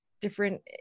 different